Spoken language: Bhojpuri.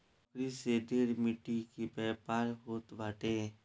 बकरी से ढेर मीट के व्यापार होत बाटे